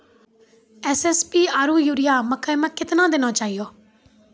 SSP आरु urea मकई मे कितना देना चाहिए?